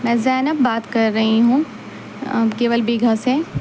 میں زینب بات کر رہی ہوں گیوال بیگھہ سے